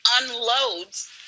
unloads